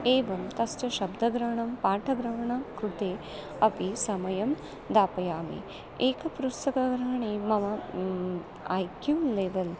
एवं तस्य शब्दग्रहणं पाठग्रहणकृते अपि समयं दापयामि एकपृस्ग्रहणे मम ऐ क्यू लेवल्